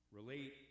relate